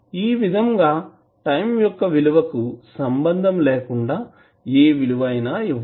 ఈ విధంగా టైం యొక్క విలువకి సంబంధం లేకుండా ఏ విలువ అయినా ఇవ్వచ్చు